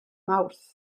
mawrth